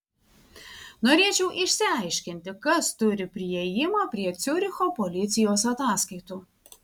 norėčiau išsiaiškinti kas turi priėjimą prie ciuricho policijos ataskaitų